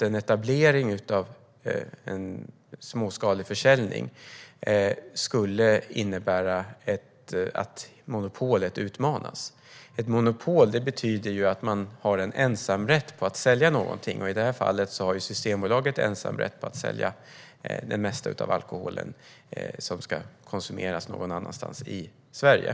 En etablering av en småskalig försäljning skulle innebära att monopolet utmanas. Ett monopol betyder att man har en ensamrätt att sälja någonting. I det här fallet har Systembolaget ensamrätt att sälja den mesta av alkoholen som ska konsumeras någon annanstans i Sverige.